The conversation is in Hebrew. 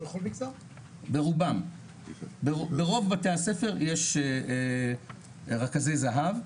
ברוב בתי הספר יש רכזי זה"ב,